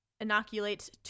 inoculates